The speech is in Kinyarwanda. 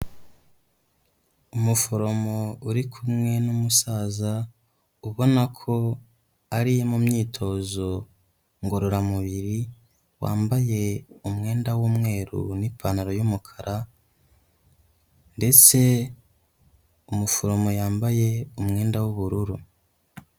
Umuforomo uri kumwe n'umusaza ubona ko ari mu myitozo ngororamubiri, wambaye umwenda w'umweru n'ipantaro y'umukara ndetse umuforomo yambaye umwenda w'ubururu.